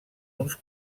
uns